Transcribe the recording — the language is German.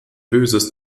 böses